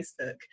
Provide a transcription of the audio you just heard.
Facebook